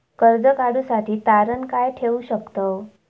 कर्ज काढूसाठी तारण काय काय ठेवू शकतव?